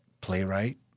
playwright